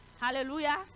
Hallelujah